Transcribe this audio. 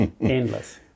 Endless